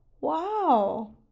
Wow